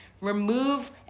Remove